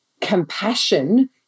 Compassion